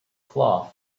cloth